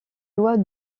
lois